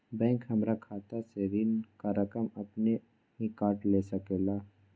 Bank हमार खाता से ऋण का रकम अपन हीं काट ले सकेला?